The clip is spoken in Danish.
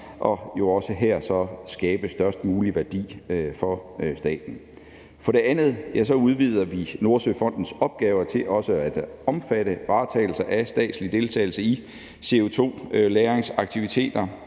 og så også her skabe størst mulig værdi for staten. For det andet udvider vi Nordsøfondens opgaver til også at omfatte varetagelse af statslig deltagelse i CO2-lagringsaktiviteter.